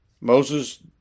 Moses